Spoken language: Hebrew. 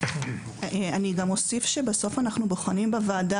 אני גם אוסיף שבסוף אנחנו בוחנים בוועדה